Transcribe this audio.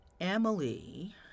Emily